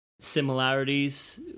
similarities